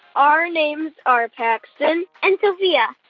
our names are paxton. and sofia.